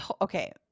Okay